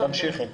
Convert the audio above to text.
תמשיכי.